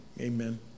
Amen